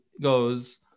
goes